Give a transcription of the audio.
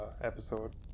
episode